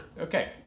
Okay